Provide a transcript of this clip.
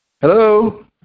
Hello